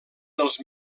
dels